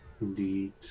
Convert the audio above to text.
Indeed